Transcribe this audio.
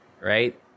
right